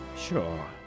sure